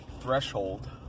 threshold